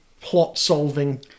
plot-solving